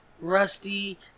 Rusty